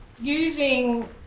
using